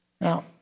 Now